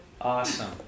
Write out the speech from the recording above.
Awesome